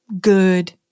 good